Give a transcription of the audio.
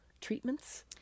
treatments